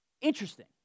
interesting